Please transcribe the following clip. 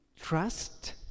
trust